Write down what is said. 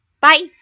Bye